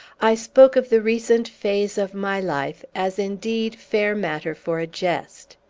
i spoke of the recent phase of my life as indeed fair matter for a jest.